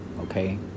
okay